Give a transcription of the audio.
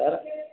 ତାର